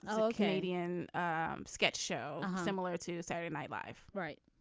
ok. alien um sketch show similar to saturday night live. right.